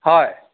হয়